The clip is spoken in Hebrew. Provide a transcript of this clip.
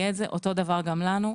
יהיה אותו דבר גם לנו.